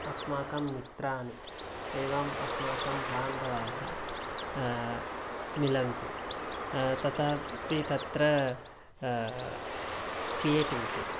अस्माकं मित्राणि एवम् अस्माकं बान्धवाः मिलन्ति ततापि तत्र क्रियेटिविटि